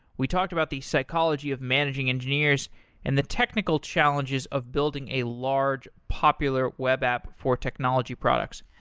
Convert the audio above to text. we talked about the psychology of managing engineers and the technical challenges of building a large popular web app for technology products.